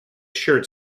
shirt